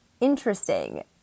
interesting